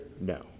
no